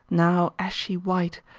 now ashy white,